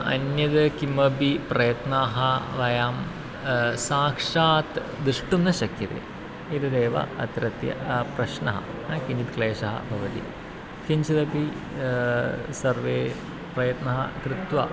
अन्यद् किमपि प्रयत्नाः वयं साक्षात् दृष्टुं न शक्यते एतदेव अत्रत्य प्रश्नः न किञ्चित् क्लेशः भवति किञ्चिदपि सर्वे प्रयत्नः कृत्वा